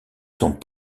sont